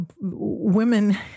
women